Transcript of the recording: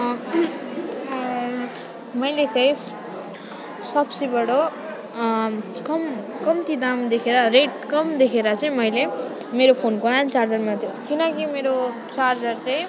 मैले चैँ सबसेबाट कम कम्ती दाम देखेर रेट कम देखेर चाहिँ मैले मेरो फोनको आन चार्जरमा त्यो किनकि मेरो चार्जर चाहिँ